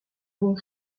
bons